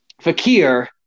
Fakir